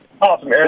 Awesome